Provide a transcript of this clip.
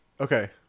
Okay